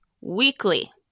weekly